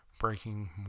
breaking